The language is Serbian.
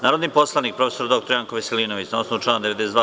Narodni poslanik prof. dr Janko Veselinović, na osnovu člana 92.